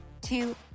two